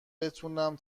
بتونم